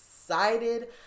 excited